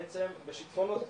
בעצם בשיטפונות,